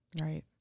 Right